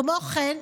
כמו כן,